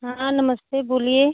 हाँ नमस्ते बोलिए